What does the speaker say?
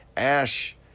Ash